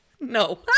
No